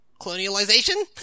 colonialization